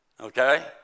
Okay